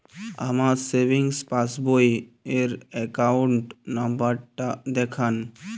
আমার সেভিংস পাসবই র অ্যাকাউন্ট নাম্বার টা দেখান?